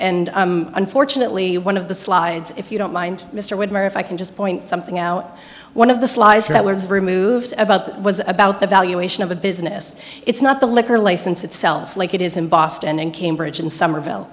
and unfortunately one of the slides if you don't mind mr woodward if i can just point something out one of the slides that was removed about was about the valuation of a business it's not the liquor license itself like it is in boston and cambridge and somerville